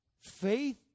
faith